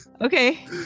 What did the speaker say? Okay